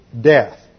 death